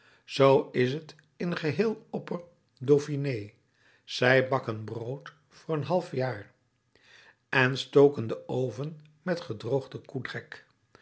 zoo is het in geheel opper dauphiné zij bakken brood voor een half jaar en stoken den oven met gedroogden koedrek